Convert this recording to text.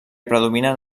predominen